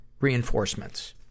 reinforcements